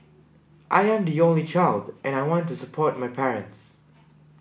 I am the only child and I want to support my parents